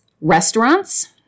restaurants